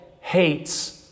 hates